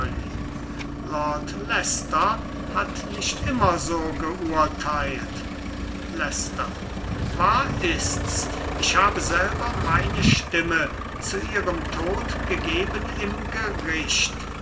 hat nicht immer so geurteilt leicester wahr ist's ich habe selber meine stimme zu ihrem tod gegeben im gericht